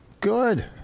Good